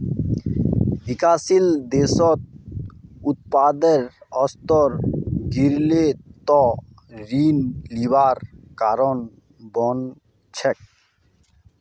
विकासशील देशत उत्पादेर स्तर गिरले त ऋण लिबार कारण बन छेक